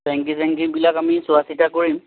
টেংকি চেংকীবিলাক আমি চোৱা চিতা কৰিম